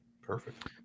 Perfect